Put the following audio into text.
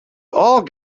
all